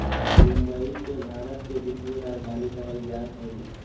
मुंबई के भारत के वित्तीय राजधानी कहल जा हइ